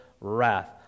wrath